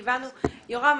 יורם,